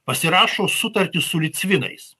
pasirašo sutartį su licvinais